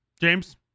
James